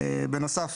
בנוסף